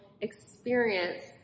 experience